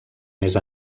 més